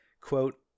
quote